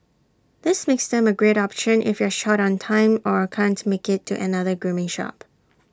this makes them A great option if you're short on time or can't make IT to another grooming shop